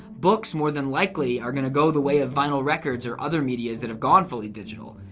books more than likely are gonna go the way of vinyl records or other medias that have gone fully digital.